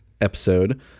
episode